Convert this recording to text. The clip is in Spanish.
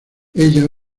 ella